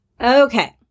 Okay